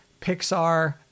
Pixar